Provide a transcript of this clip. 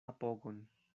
apogon